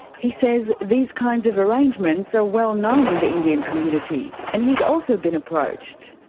he says these kinds of arrangements are well known in the indian community, and he's also been approached.